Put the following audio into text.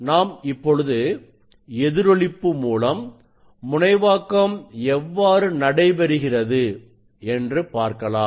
நாம் இப்பொழுது எதிரொளிப்பு மூலம் முனைவாக்கம் எவ்வாறு நடைபெறுகிறது என்று பார்க்கலாம்